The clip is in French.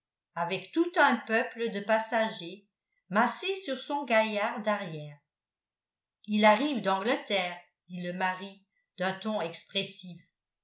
avec tout un peuple de passagers massé sur son gaillard d'arrière il arrive d'angleterre dit le mari d'un ton expressif